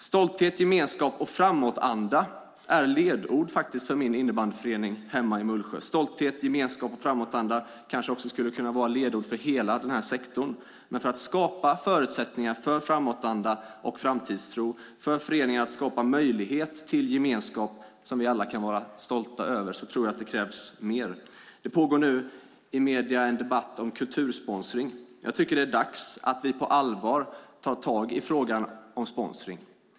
Stolthet, gemenskap och framåtanda är faktiskt ledord för min innebandyförening hemma i Mullsjö. Stolthet, gemenskap och framåtanda kanske också skulle kunna vara ledord för hela den här sektorn. Men för att skapa förutsättningar för framåtanda och framtidstro, för föreningar att skapa möjlighet till gemenskap som vi alla kan vara stolta över tror jag att det krävs mer. Det pågår nu i medierna en debatt om kultursponsring. Jag tycker att det är dags att vi på allvar tar tag i frågan om sponsring.